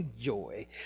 joy